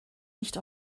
nicht